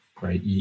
right